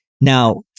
Now